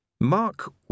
Mark